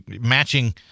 matching